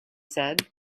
said